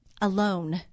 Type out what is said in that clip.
alone